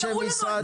ותראו לנו.